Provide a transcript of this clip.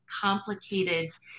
complicated